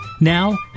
Now